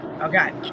Okay